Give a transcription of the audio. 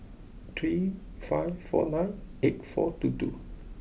three five four nine eight four two two